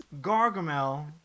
Gargamel